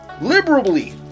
Liberally